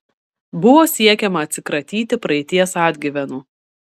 buvo siekiama atsikratyti praeities atgyvenų